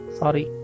sorry